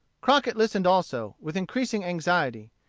crockett listened also, with increasing anxiety.